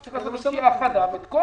צריך לעשות את כל הדחיות.